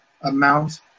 amount